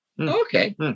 Okay